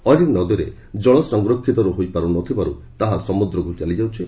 ଅନେକ ନଦୀରେ ଜଳ ସଂରକ୍ଷିତ ହୋଇପାରୁ ନଥିବାରୁ ତାହା ସମୁଦ୍ରକୁ ଚାଲିଯାଉଛି